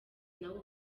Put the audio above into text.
nawe